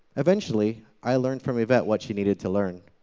eventually, i learnt from yvette what she needed to learn.